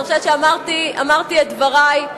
אמרתי את דברי.